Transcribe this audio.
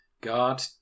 God